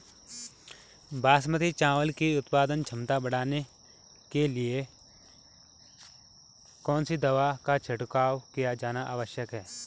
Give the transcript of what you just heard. बासमती चावल की उत्पादन क्षमता बढ़ाने के लिए कौन सी दवा का छिड़काव किया जाना आवश्यक है?